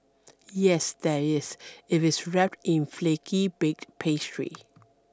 yes there is if it's wrapped in flaky baked pastry